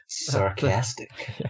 Sarcastic